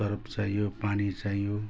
Surf चाहियो यो पानी चाहियो